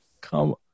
Come